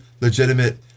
legitimate